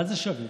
מה זה שווים?